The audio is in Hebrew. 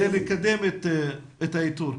כדי לקדם את האיתור.